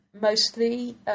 mostly